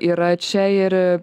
yra čia ir